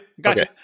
Gotcha